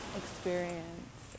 experience